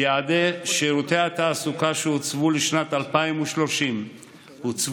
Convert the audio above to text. ביעדי שירותי התעסוקה שהוצבו לשנת 2030 הוצבו